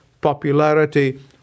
popularity